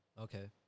Okay